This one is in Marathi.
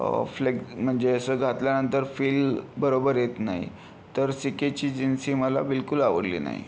फ्लेक्झ म्हणजे असं घातल्यानंतर फील बरोबर येत नाही तर सि के ची जीन्स ही मला बिलकुल आवडली नाही